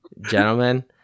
Gentlemen